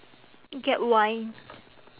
get wine